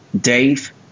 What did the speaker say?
Dave